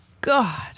God